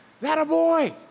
that-a-boy